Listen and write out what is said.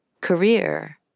career